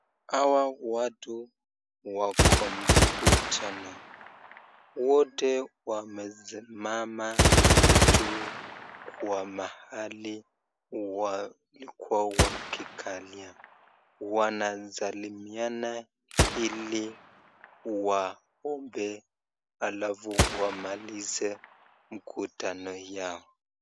Hawa watu wako mkutano, watu wote wamesimama juu kwa mahali walikuwa wanakalia wanasalimiana ili waongee alafu wamalize mkutano yao.